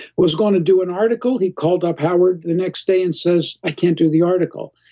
was going to do an article, he called up howard the next day and says, i can't do the article.